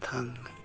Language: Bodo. थाङो